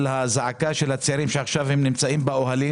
הזעקה של הצעירים שעכשיו הם נמצאים באוהלים.